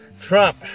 Trump